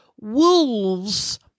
wolves